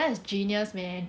that is genius man